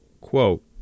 quote